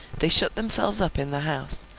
they shut themselves up in the house,